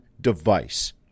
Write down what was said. device